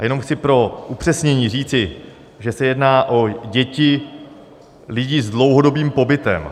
Jenom chci pro upřesnění říci, že se jedná o děti lidí s dlouhodobým pobytem.